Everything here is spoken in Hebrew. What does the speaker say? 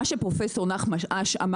ומה שפרופסור נחמן אש,